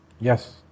Yes